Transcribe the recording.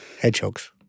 Hedgehogs